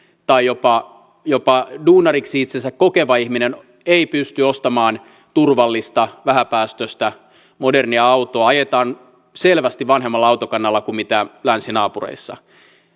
tai jopa jopa duunariksi itsensä kokeva ihminen ei pysty ostamaan turvallista vähäpäästöistä modernia autoa ajetaan selvästi vanhemmalla autokannalla kuin länsinaapureissa